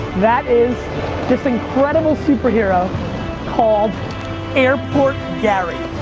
that is this incredible super hero called airport gary.